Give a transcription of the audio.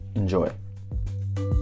enjoy